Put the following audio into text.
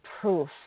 proof